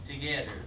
together